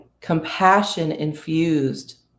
compassion-infused